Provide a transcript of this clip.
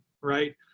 right